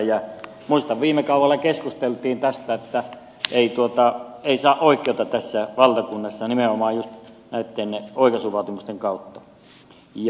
muistan miten viime kaudella keskusteltiin tästä että ei saa oikeutta tässä valtakunnassa nimenomaan juuri näitten oikaisuvaatimusten kautta